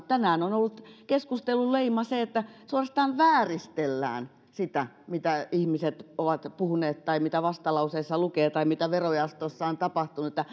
tänään on ollut keskustelun leima se että suorastaan vääristellään sitä mitä ihmiset ovat puhuneet tai mitä vastalauseissa lukee tai mitä verojaostossa on tapahtunut